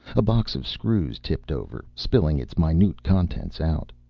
a box of screws tipped over, spilling its minute contents out.